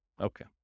Okay